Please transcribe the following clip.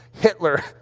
Hitler